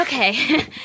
Okay